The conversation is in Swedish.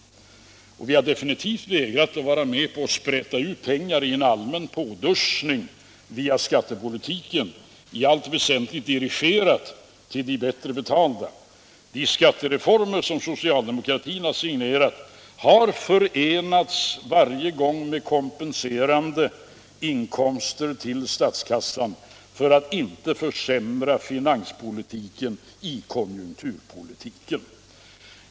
Men vi har definitivt vägrat att vara med på att sprätta ut pengar i en allmän påduschning via skattepolitiken, i allt väsentligt dirigerad till de bättre betalda. De skattereformer som socialdemokratin har signerat har varje gång förenats med kompenserande inkomster för statskassan för att inte försämra det finanspolitiska inslaget i konjunkturpolitiken.